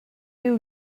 viu